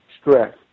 stress